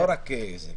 לא רק זה.